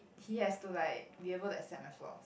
he has to like be able to accept my flaws